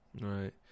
Right